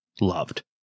loved